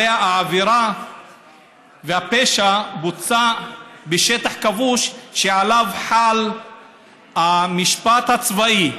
הרי העבירה והפשע בוצעו בשטח כבוש שעליו חל המשפט הצבאי.